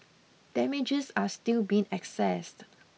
damages are still being accessed